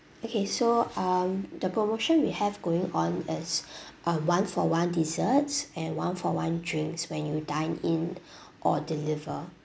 okay so on the promotion we have going on is uh one for one desserts and one for one drinks when you dine in or deliver